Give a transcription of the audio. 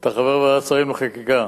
אתה חבר ועדת שרים לחקיקה,